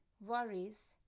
worries